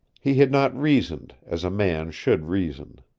he had not reasoned as a man should reason.